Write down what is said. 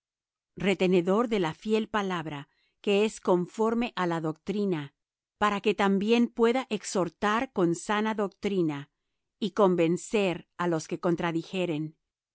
retenedor de la fiel palabra que es conforme á la doctrina para que también pueda exhortar con sana doctrina y convencer á los que contradijeren